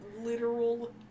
literal